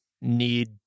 need